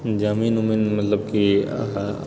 जमीन उमीन मतलब कि